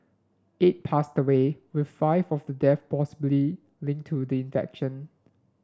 eight passed away with five of the deaths possibly linked to the infection